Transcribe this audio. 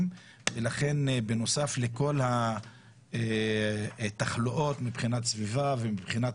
בנוסף לכל התחלואות מבחינת סביבה ומבחינת